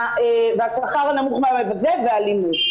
השכר הנמוך והמבזה והאלימות.